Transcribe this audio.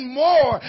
more